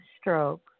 stroke